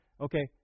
Okay